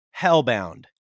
hellbound